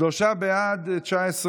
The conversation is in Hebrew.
שלושה בעד, 19 נגד.